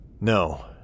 No